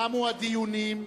תמו הדיונים,